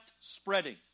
spreading